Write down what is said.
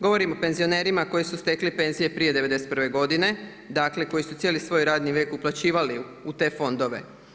Govorim o penzionerima koji su stekli penzije prije '91. godine, dakle, koji su cijeli svoj radni vijek uplaćivali u te fondove.